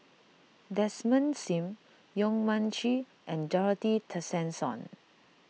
Desmond Sim Yong Mun Chee and Dorothy Tessensohn